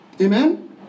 Amen